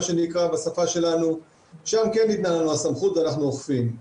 שם כן ניתנה לנו הסמכות ואנחנו אוכפים.